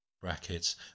Brackets